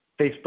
Facebook